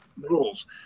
Rules